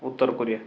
ଉତ୍ତରକୋରିଆ